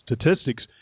Statistics